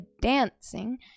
dancing